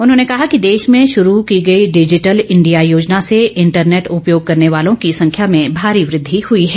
उन्होने कहा कि देश में शरू की गई डिजिटल इंडिया योजना से इंटरनेट उपयोग करने वालों की संख्या में भारी वृद्धि हई है